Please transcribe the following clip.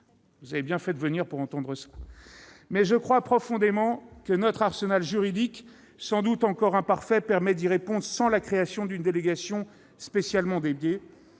doit être une préoccupation majeure. Mais je crois profondément que notre arsenal juridique, sans doute encore imparfait, permet d'y répondre sans la création d'une délégation spécialement dédiée.